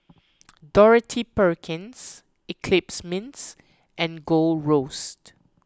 Dorothy Perkins Eclipse Mints and Gold Roast